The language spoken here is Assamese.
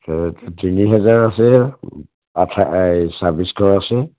তিনি হেজাৰ আছে আঠাইছ এই ছাব্বিছশ আছে